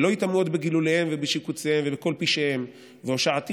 ולא יטמאו עוד בגלוליהם ובשקוציהם ובכל פשעיהם והושעתי